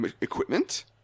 equipment